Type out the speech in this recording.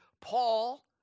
Paul